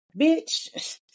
bitch